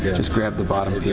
just grab the bottom.